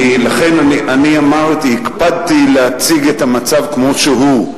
לכן אני אמרתי, הקפדתי להציג את המצב כמו שהוא.